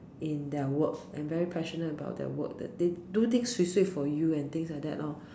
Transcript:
in their work and very passionate about their work they do things swee swee for you and things like that lor